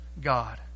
God